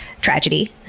tragedy